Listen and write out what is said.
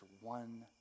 one